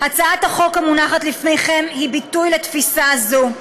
הצעת החוק המונחת לפניכם היא ביטוי לתפיסה זו.